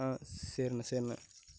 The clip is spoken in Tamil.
ஆ சரிண்ணே சரிண்ணே